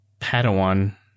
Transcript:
Padawan